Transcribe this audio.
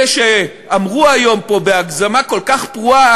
אלה שאמרו פה היום בהגזמה כל כך פרועה,